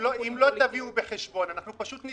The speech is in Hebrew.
אם לא תביאו בחשבון, אנחנו פשוט נתנגד,